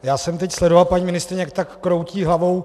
Já jsem teď sledoval paní ministryni, jak tak kroutí hlavou.